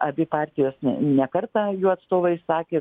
abi partijos ne ne kartą jų atstovai sakė